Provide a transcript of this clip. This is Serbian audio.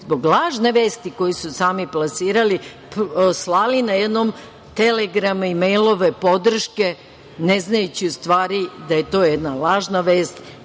zbog lažne vesti koju su sami plasirali slali najednom telegrame i mejlove podrške, ne znajući u stvari da je to jedna lažna vest